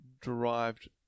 derived